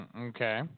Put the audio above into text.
okay